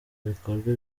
bikorwa